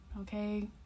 okay